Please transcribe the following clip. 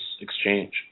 exchange